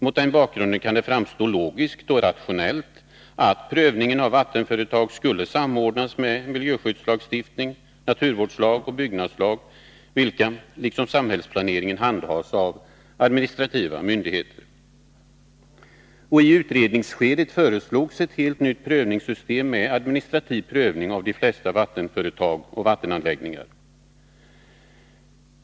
Mot den bakgrunden kan det framstå logiskt och rationellt att prövningen av vattenföretag skulle samordnas med miljöskyddslagstiftning, naturvårdslag och byggnadslag, vilka — liksom samhällsplaneringen — handhas av administrativa myndigheter. I utredningsskedet föreslogs ett helt nytt prövningssystem med administrativ prövning av de flesta vattenföretag och vattenanläggningar.